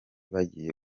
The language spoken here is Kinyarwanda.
bagiye